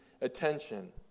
attention